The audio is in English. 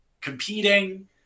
competing